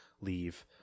leave